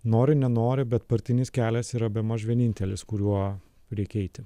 nori nenori bet partinis kelias yra bemaž vienintelis kuriuo reikia eiti